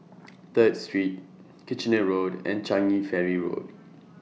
Third Street Kitchener Road and Changi Ferry Road